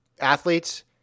athletes